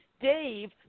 Dave